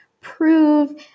prove